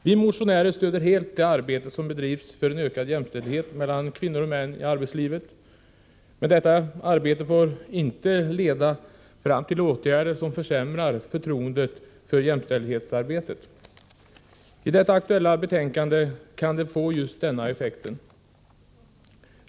Vi motionärer stöder helt det arbete som bedrivs för en ökad jämställdhet mellan kvinnor och män i arbetslivet. Detta arbete får dock inte leda till åtgärder som försämrar förtroendet för jämställdhetssträvandena. Förslaget i det nu aktuella betänkandet kan få just denna effekt.